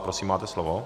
Prosím, máte slovo.